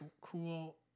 cool